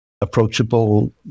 approachable